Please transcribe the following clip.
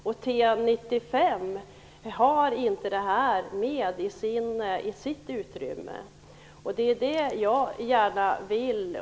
TM 95 inrymmer inte detta. Men det är det jag gärna vill.